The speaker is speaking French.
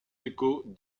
échos